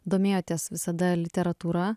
domėjotės visada literatūra